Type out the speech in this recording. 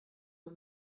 nur